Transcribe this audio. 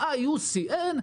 מה-IUCN,